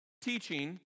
teaching